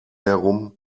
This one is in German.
herum